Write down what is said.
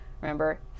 Remember